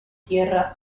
tierra